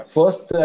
First